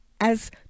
as